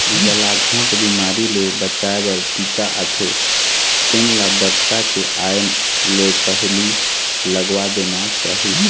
गलाघोंट बिमारी ले बचाए बर टीका आथे तेन ल बरसा के आए ले पहिली लगवा देना चाही